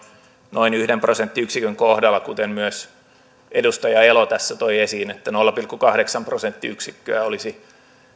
noin yhden prosenttiyksikön kohdalla kuten myös edustaja elo tässä toi esiin että nolla pilkku kahdeksan prosenttiyksikköä olisi